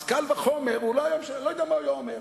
אז קל וחומר, לא יודע מה הוא היה אומר.